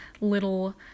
little